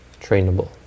trainable